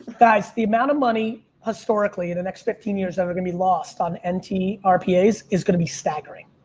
guys, the amount of money historically, in the next fifteen years that are going to be lost on and nt rpas. is going to be staggering.